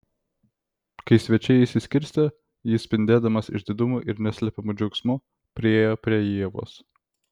kai svečiai išsiskirstė jis spindėdamas išdidumu ir neslepiamu džiaugsmu priėjo prie ievos